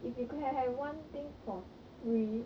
if you could have one thing for free